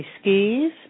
skis